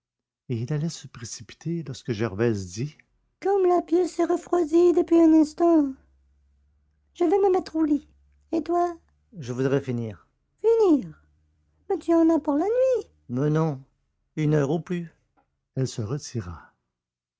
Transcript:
il allait se précipiter lorsque gervaise dit comme la pièce s'est refroidie depuis un instant je vais me mettre au lit et toi je voudrais finir finir mais tu en as pour la nuit mais non une heure au plus elle se retira